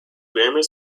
grammar